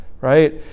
right